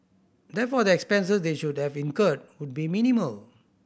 therefore the expenses they should have incurred would be minimal